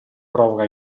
provoca